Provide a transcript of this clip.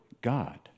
God